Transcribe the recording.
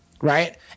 Right